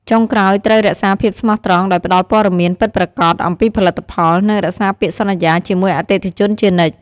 ចុងក្រោយត្រូវរក្សាភាពស្មោះត្រង់ ដោយផ្ដល់ព័ត៌មានពិតប្រាកដអំពីផលិតផល និងរក្សាពាក្យសន្យាជាមួយអតិថិជនជានិច្ច។